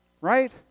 right